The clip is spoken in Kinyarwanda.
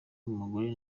umugore